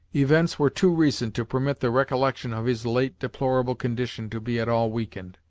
events were too recent to permit the recollection of his late deplorable condition to be at all weakened.